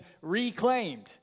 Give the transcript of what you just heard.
reclaimed